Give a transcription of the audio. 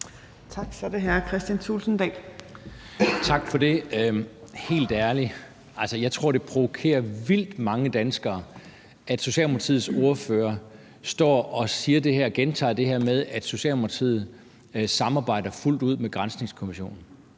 Tak for det. Helt ærligt tror jeg, at det provokerer vildt mange danskere, at Socialdemokratiets ordfører står og siger det her og gentager det her med, at Socialdemokratiet samarbejder fuldt ud med Granskningskommissionen.